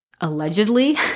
allegedly